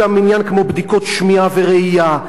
ירד גם עניין כמו בדיקות שמיעה וראייה,